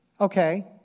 okay